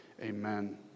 amen